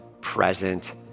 present